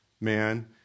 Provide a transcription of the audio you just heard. man